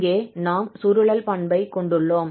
இங்கே நாம் சுருளல் பண்பை கொண்டுள்ளோம்